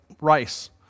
rice